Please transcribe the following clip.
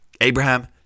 Abraham